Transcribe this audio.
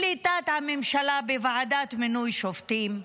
שליטת הממשלה בוועדת מינוי שופטים,